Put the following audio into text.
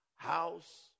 House